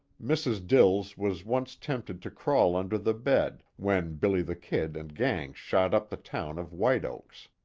mrs. dills was once tempted to crawl under the bed, when billy the kid and gang shot up the town of white oaks.